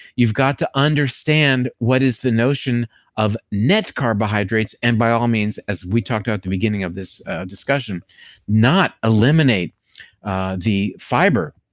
you've got to understand what is the notion of net carbohydrates. and by all means, as we talked about at the beginning of this discussion not eliminate the fiber,